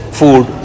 food